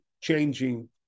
changing